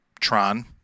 Tron